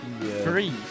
Three